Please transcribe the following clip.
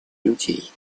людей